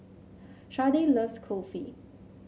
Sharday loves Kulfi